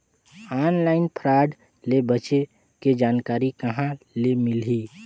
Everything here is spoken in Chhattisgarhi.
ऑनलाइन फ्राड ले बचे के जानकारी कहां ले मिलही?